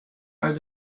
uit